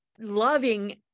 loving